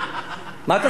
אני משבח אותו על זה.